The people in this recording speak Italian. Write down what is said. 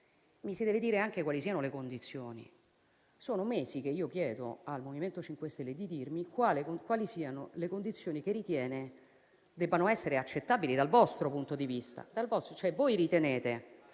mi si deve dire anche quali ne siano le condizioni. Sono mesi che chiedo al Movimento 5 Stelle di dirmi quali siano le condizioni che ritiene accettabili dal suo punto di vista: